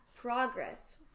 progress